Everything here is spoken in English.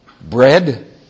bread